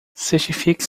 certifique